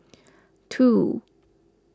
two